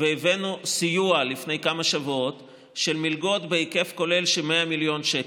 והבאנו לפני כמה שבועות סיוע במלגות בהיקף כולל של 100 מיליון שקל.